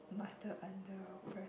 mutter under our breath